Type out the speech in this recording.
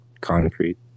concrete